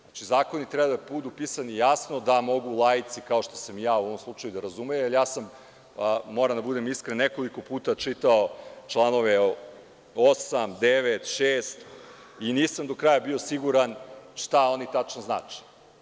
Zakoni treba da budu pisani jasno, da mogu laici, kao što sam ja u ovom slučaju, da razumeju, jer ja sam, da budem iskren, nekoliko puta čitao članove 8, 9. i 6. i nisam do kraja bio siguran šta oni tačno znače.